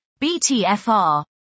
BTFR